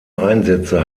einsätze